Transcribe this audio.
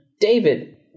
David